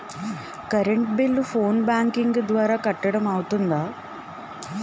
Current bill phone banking ద్వారా కట్టడం అవ్తుందా?